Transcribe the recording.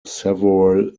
several